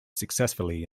successfully